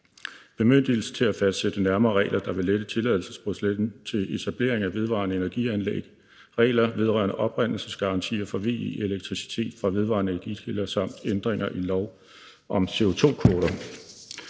bemyndigelse til at fastsætte nærmere regler, der vil lette tilladelsesprocessen til etablering af vedvarende energianlæg, og regler vedrørende oprindelsesgarantier for VE-elektricitet fra vedvarende energikilder samt ændringer i lov om CO2-kvoter.